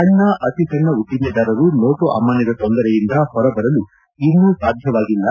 ಸಣ್ಣ ಅತಿಸಣ್ಣ ಉದ್ದಿಮೆದಾರರು ನೋಟು ಅಮಾನ್ನದ ತೊಂದರೆಯಿಂದ ಹೊರಬರಲು ಇನ್ನೂ ಸಾಧ್ಯವಾಗಿಲ್ಲ